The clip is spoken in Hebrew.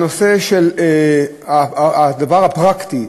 והדבר פרקטי,